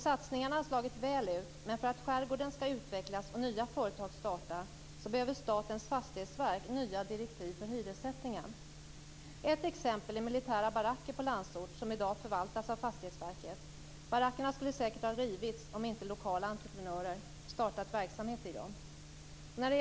Satsningarna har slagit väl ut. Men för att skärgården ska utvecklas och nya företag startas behöver Statens fastighetsverk nya direktiv för hyressättningen. Ett exempel är de militära baracker på Landsort som i dag förvaltas av Fastighetsverket. Barackerna skulle säkert ha rivits om inte lokala entreprenörer startat verksamhet i dem.